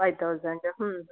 five thousand ಹ್ಞೂ